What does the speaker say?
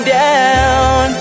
down